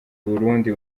burundi